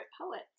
poets